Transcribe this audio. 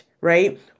right